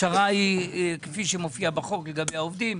הפשרה היא כפי שמופיעה בחוק לגבי העובדים,